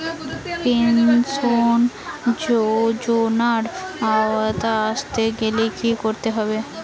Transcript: Pension যজোনার আওতায় আসতে গেলে কি করতে হবে?